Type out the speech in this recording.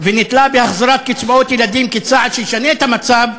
ונתלה בהחזרת קצבאות ילדים כצעד שישנה את המצב,